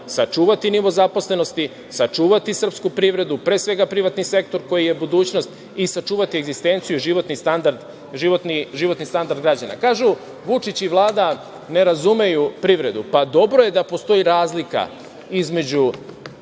sačuvati nivo zaposlenosti, sačuvati srpsku privredu, pre svega privatni sektor koji je budućnost i sačuvati egzistenciju i životni standard građana. Kažu - Vučić i Vlada ne razumeju privredu. Pa, dobro je da postoji razlika između